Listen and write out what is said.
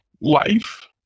life